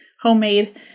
homemade